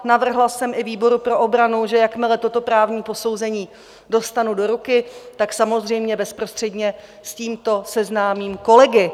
Navrhla jsem i výboru pro obranu, že jakmile toto právní posouzení dostanu do ruky, tak s tímto samozřejmě bezprostředně seznámím kolegy.